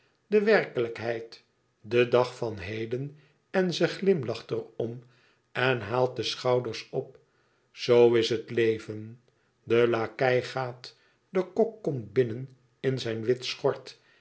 de werkelijkheid de dag van heden en ze glimlacht er om en haalt de schouders op zoo is het leven de lakei gaat de kok komt binnen in zijn wit schort